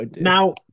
now